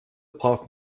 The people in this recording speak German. braucht